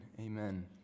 Amen